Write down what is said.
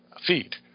feed